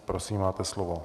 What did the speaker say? Prosím máte slovo.